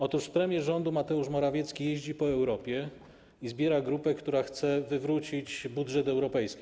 Otóż premier rządu Mateusz Morawiecki jeździ po Europie i zbiera grupę, która chce wywrócić budżet europejski.